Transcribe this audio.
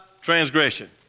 transgression